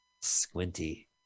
Squinty